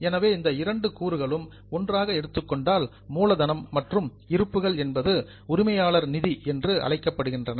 எனவே இந்த இரண்டு கூறுகளும் ஒன்றாக எடுத்துக் கொள்ளப்பட்டால் மூலதனம் மற்றும் இருப்புகள் என்பது உரிமையாளர் நிதி என்று அழைக்கப்படுகின்றன